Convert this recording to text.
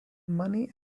money